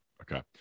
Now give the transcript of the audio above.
Okay